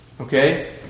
Okay